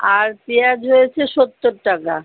আর পেঁয়াজ হয়েছে সত্তর টাকা